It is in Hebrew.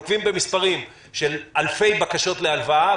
ונוקבים במספרים של אלפי בקשות להלוואה,